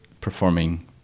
performing